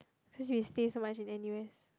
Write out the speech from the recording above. cause we stay so much in N_U_S